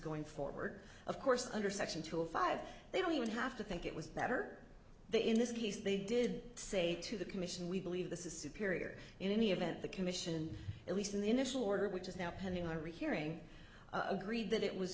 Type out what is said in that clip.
going forward of course under section two of five they don't even have to think it was that are they in this case they did say to the commission we believe this is superior in any event the commission at least in the initial order which is now pending a rehearing agreed that it was